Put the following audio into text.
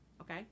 Okay